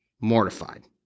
mortified